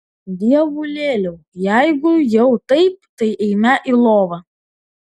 dievulėliau jeigu jau taip tai eime į lovą